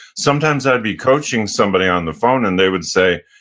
sometimes, i'd be coaching somebody on the phone, and they would say,